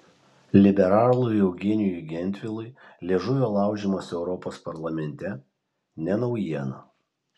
liberalui eugenijui gentvilui liežuvio laužymas europos parlamente ne naujiena